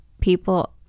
people